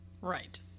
Right